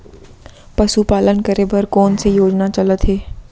पशुपालन करे बर कोन से योजना चलत हे?